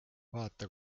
vaata